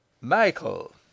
Michael